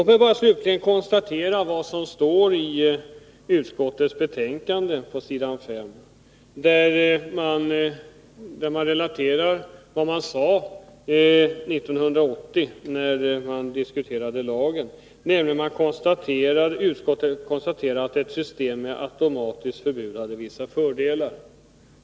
Låt mig bara slutligen konstatera vad som står i utskottets betänkande, s. 5, där man relaterar vad utskottet sade 1980, när man diskuterade lagen. Utskottet konstaterade då att ett system med automatiskt förbud hade vissa fördelar.